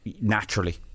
naturally